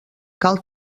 cal